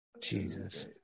Jesus